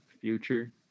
Future